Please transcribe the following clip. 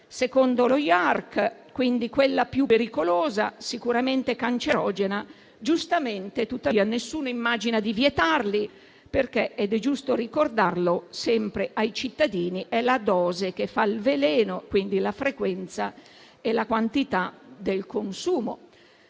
secondo lo IARC, quella più pericolosa e sicuramente cancerogena. Tuttavia, nessuno immagina di vietarli, perché - ed è giusto ricordarlo sempre ai cittadini - è la dose che fa il veleno, quindi la frequenza e la quantità del consumo.